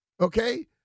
Okay